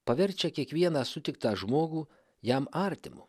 paverčia kiekvieną sutiktą žmogų jam artimu